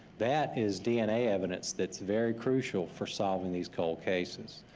that is dna evidence that's very crucial for solving these cold cases.